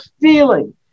feeling